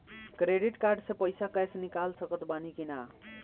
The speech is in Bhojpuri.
क्रेडिट कार्ड से पईसा कैश निकाल सकत बानी की ना?